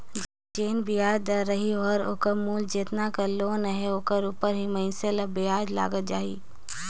जेन बियाज दर रही ओहर ओकर मूल जेतना कर लोन अहे ओकर उपर ही मइनसे ल बियाज लगत जाही